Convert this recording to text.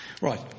Right